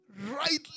rightly